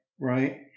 right